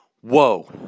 whoa